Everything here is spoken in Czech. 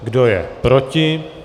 Kdo je proti?